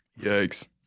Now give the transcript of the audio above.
Yikes